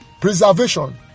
Preservation